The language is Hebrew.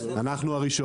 אנחנו הראשונים.